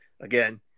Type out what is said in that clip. again